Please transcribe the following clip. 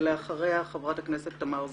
ואחריה חברת הכנסת תמר זנדברג.